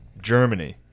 Germany